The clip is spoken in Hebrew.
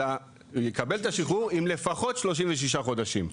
אלא הוא יקבל את השחרור אם לפחות 36 חודשים.